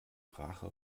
rache